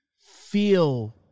feel